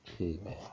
Amen